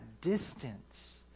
distance